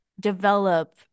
develop